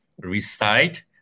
recite